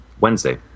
wednesday